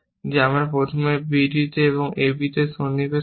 যে আমি প্রথমে b d এবং a b তে সন্নিবেশ করি